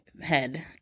head